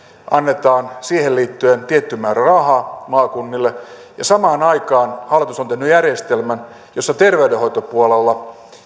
annetaan siihen liittyen tietty määrä rahaa maakunnille ja samaan aikaan hallitus on tehnyt järjestelmän jossa terveydenhoitopuolelle